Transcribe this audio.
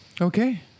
Okay